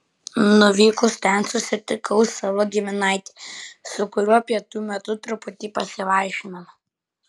nuvykus ten susitikau savo giminaitį su kuriuo pietų metu truputį pasivaišinome